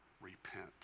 repent